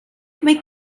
mae